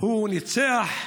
הוא ניצח,